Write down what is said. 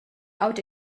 out